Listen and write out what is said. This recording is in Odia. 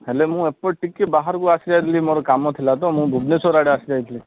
ହେଲେ ମୁଁ ଏପଟେ ଟିକେ ବାହାରକୁ ଆସିଯାଇଥିଲି ମୋର କାମ ଥିଲା ତ ମୁଁ ଭୁବନେଶ୍ୱର ଆଡ଼େ ଆସିଯାଇଥିଲି